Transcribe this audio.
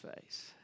face